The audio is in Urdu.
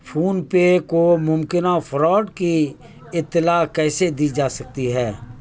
فون پے کو ممکنہ فراڈ کی اطلاع کیسے دی جا سکتی ہے